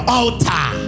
altar